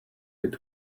with